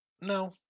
No